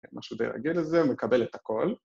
משהו די רגיל לזה, מקבל את הכל.